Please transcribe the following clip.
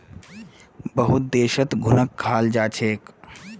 बहुत देशत घुनक खाल जा छेक